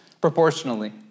proportionally